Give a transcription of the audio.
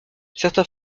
certains